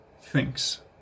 thinks